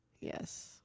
Yes